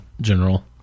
general